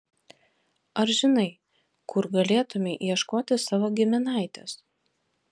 ar žinai kur galėtumei ieškoti savo giminaitės